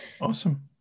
Awesome